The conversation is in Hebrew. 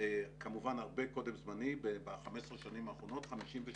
כמובן הרבה קודם זמני ב-15 שנים האחרונות 56 תאגידים.